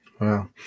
Wow